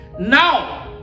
Now